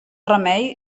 remei